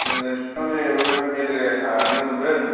नोंसोरना नैबे मेलेरिया सानै मोन्दों